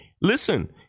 Listen